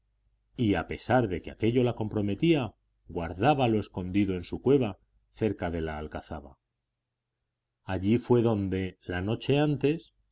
y a pesar de que aquello la comprometía guardábalo escondido en su cueva cerca de la alcazaba allí fue donde la noche antes